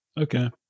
Okay